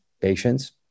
patients